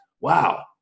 Wow